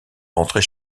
rentrer